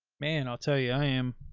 man, i'll tell you i am.